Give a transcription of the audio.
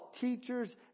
teachers